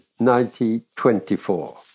1924